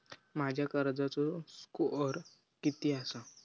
माझ्या कर्जाचो स्कोअर किती आसा?